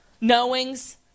knowings